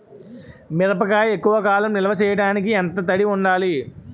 మిరపకాయ ఎక్కువ కాలం నిల్వ చేయటానికి ఎంత తడి ఉండాలి?